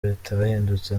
bitahindutse